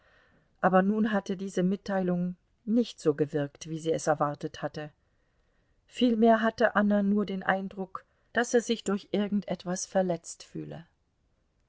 aber nun hatte diese mitteilung nicht so gewirkt wie sie es erwartet hatte vielmehr hatte anna nur den eindruck daß er sich durch irgend etwas verletzt fühle